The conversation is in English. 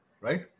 right